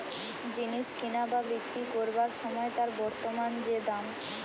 জিনিস কিনা বা বিক্রি কোরবার সময় তার বর্তমান যে দাম